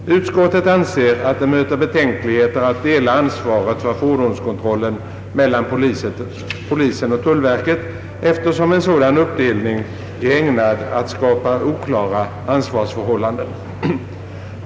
Utskottet anser att det möter betänk ligheter att dela ansvaret för fordonskontrollen mellan polisen och tullverket, eftersom en sådan uppdelning är ägnad att skapa oklara ansvarsförhållanden.